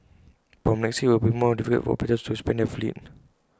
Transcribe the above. from next year IT will be more difficult for operators to expand their fleet